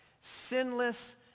sinless